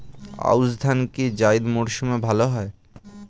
আউশ ধান কি জায়িদ মরসুমে ভালো হয়?